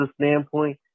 standpoint